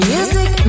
Music